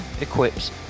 equips